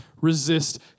resist